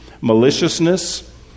maliciousness